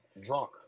drunk